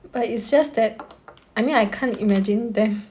but it's just that I mean I can't imagine them